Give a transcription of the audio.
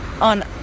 on